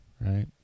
Right